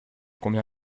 combien